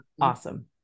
Awesome